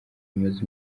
bimaze